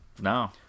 no